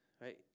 right